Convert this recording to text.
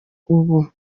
ubu